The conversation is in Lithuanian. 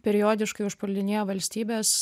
periodiškai užpuldinėja valstybes